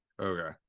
okay